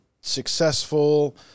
successful